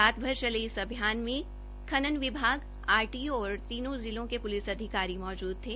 रात भर चले इस अभियान में खनन विभाग आरटीओ और तीनों जिलों के पुलिस अधिकारी मौजूद थे